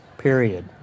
Period